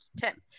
Tim